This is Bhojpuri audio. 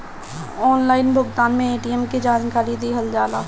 ऑनलाइन भुगतान में ए.टी.एम के जानकारी दिहल जाला?